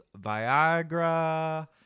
Viagra